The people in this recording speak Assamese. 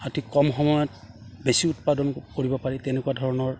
অতি কম সময়ত বেছি উৎপাদন কৰিব পাৰি তেনেকুৱা ধৰণৰ